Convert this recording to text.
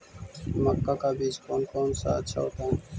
मक्का का बीज कौन सा अच्छा होता है?